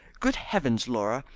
good heavens, laura!